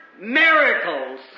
miracles